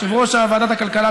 יושב-ראש ועדת הכלכלה,